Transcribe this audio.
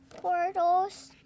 portals